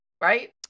Right